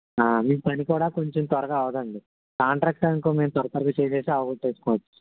మీకు పని కూడా కొంచం త్వరగా అవదండి కాంట్రాక్ట్ అనుకో మేము త్వరత్వరగా చేసేసి అవగొట్టేసుకోవచ్చు